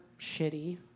shitty